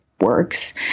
works